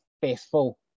faithful